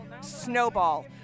snowball